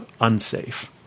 unsafe